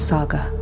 Saga